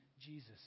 Jesus